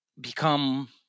become